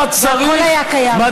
הכול היה קיים כבר.